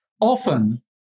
often